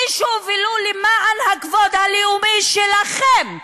מישהו, ולו למען הכבוד הלאומי שלכם,